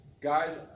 Guys